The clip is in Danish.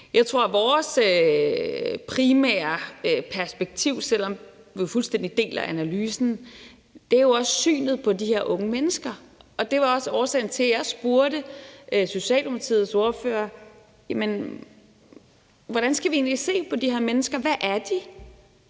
Jeg tror, at vores primære perspektiv, selv om vi jo fuldstændig deler analysen, er synet på de her unge mennesker. Det var også årsagen til, at jeg spurgte Socialdemokratiets ordfører: Hvordan skal vi egentlig se på de her mennesker? Hvad er de?